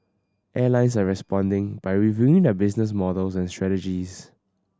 airlines are responding by reviewing their business models and strategies